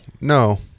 no